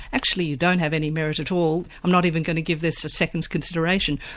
actually you don't have any merit at all. i'm not even going to give this a second's consideration.